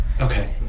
Okay